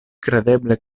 kredeble